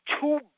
two